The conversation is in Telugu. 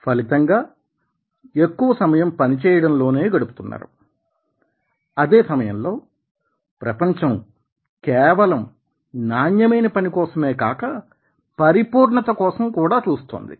ఫలితంగా ఎక్కువ సమయం పని చేయడంలోనే గడుపుతున్నారు అదే సమయంలో ప్రపంచం కేవలం నాణ్యమైన పని కోసమే కాక పరిపూర్ణత కోసం కూడా చూస్తోంది